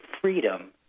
freedom